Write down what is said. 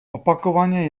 opakovaně